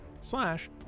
slash